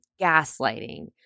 gaslighting